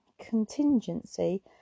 contingency